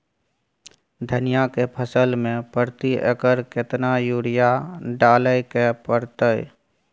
धनिया के फसल मे प्रति एकर केतना यूरिया डालय के परतय?